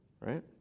right